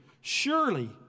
Surely